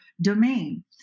domain